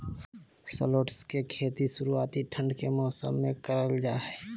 shallots के खेती शुरुआती ठंड के मौसम मे करल जा हय